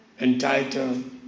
entitled